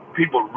people